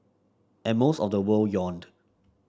and most of the world yawned